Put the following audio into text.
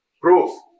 proof